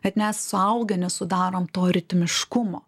bet mes suaugę nesudarom to ritmiškumo